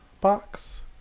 box